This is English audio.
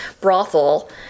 brothel